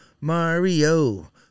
Mario